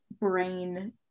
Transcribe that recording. brain